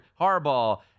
Harbaugh